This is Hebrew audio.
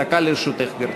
דקה לרשותך, גברתי.